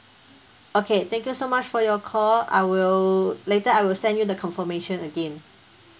okay thank you so much for your call I will later I will send you the confirmation again